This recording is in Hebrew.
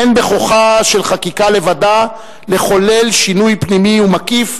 אין בכוחה של חקיקה לבדה לחולל שינוי פנימי ומקיף,